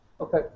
Okay